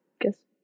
Guess